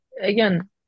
again